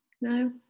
No